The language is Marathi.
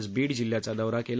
आज बीड जिल्ह्याचा दौरा केला